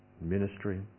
ministry